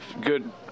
Good